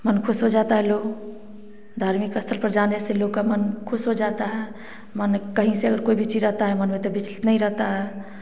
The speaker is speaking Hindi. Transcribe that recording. मन खुश हो जाता है लोग धार्मिक स्थल पर जाने से लोगों का मन खुश हो जाता है मानों कहीं से अगर कोई रहता है मानों तो विचलित नहीं रहता है